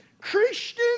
Christian